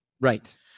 Right